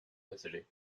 passager